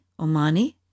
Omani